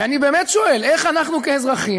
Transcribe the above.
ואני באמת שואל: איך אנחנו כאזרחים,